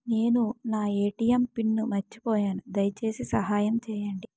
నేను నా ATM pin మర్చిపోయాను, దయచేసి సహాయం చేయండి